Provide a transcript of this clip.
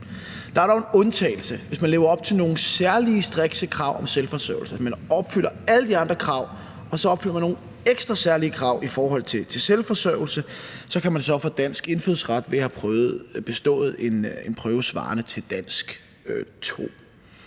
Der er dog en undtagelse. Hvis man lever op til nogle særlige strikse krav om selvforsørgelse, altså at man opfylder alle de andre krav og opfylder nogle ekstra særlige krav i forhold til selvforsørgelse, så kan man få dansk indfødsret ved at have bestået en prøve svarende til dansk 2.